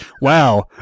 wow